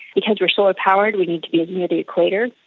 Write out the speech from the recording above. because we are solar powered we need to be near the equator.